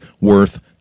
worth